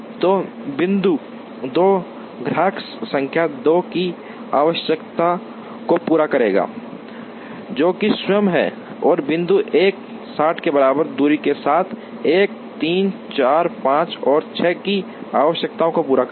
तो बिंदु 2 ग्राहक संख्या 2 की आवश्यकता को पूरा करेगा जो कि स्वयं है और बिंदु 1 60 के बराबर दूरी के साथ 1 3 4 5 और 6 की आवश्यकताओं को पूरा करेगा